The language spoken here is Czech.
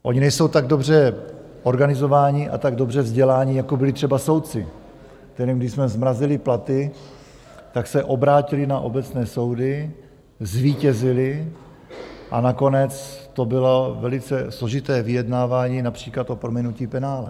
Oni nejsou tak dobře organizovaní a tak dobře vzdělaní, jako byli třeba soudci, kterým, když jsme zmrazili platy, tak se obrátili na obecné soudy, zvítězili a nakonec to bylo velice složité vyjednávání, například o prominutí penále.